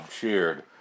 cheered